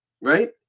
Right